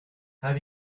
have